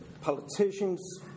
politicians